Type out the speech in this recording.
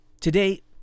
Today